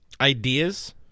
ideas